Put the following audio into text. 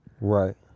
Right